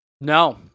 No